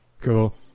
Cool